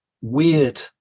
weird